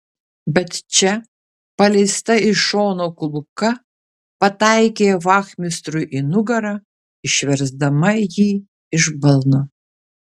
bet čia paleista iš šono kulka pataikė vachmistrui į nugarą išversdama jį iš balno